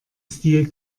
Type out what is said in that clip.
stil